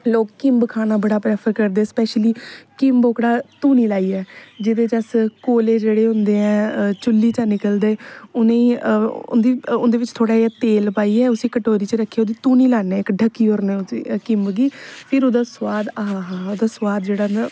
लोक किंब खाना बड़ा प्रैफर करदे है स्पैशली किंब ओह्कड़ा धूनी लाइयै जेहदे च अस कोले जेहडे़ होंदे ऐ चुल्ली च निकलदे उनेंगी उंदी उंदे बिच थोह्ड़ा जेहा तेल पाइयै उसी कटोरी च रक्खी ओहदी धूनी लान्ने उसी ढक्की ओड़ने किंब गी फिर ओहदा स्बाद आ हा आ हा ओहदा स्बाद जेहड़ा ना